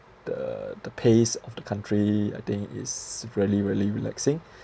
the the pace of the country I think is really really relaxing